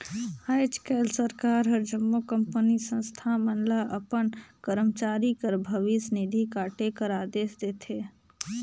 आएज काएल सरकार हर जम्मो कंपनी, संस्था मन ल अपन करमचारी कर भविस निधि काटे कर अदेस देथे